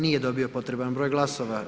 Nije dobio potreban broj glasova.